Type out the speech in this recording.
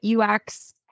UX